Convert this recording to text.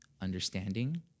understanding